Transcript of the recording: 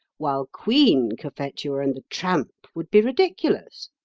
while queen cophetua and the tramp would be ridiculous?